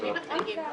למי מחכים?